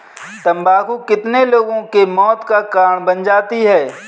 तम्बाकू कितने लोगों के मौत का कारण बन जाती है